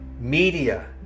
media